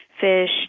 fish